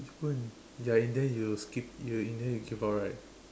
which one ya in the end you skip you in the end you give up right